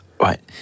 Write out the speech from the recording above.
Right